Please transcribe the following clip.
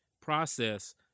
process